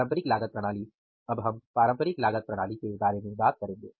पारंपरिक लागत प्रणाली अब हम पारंपरिक लागत प्रणाली के बारे में बात करेंगे